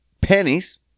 pennies